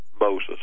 Moses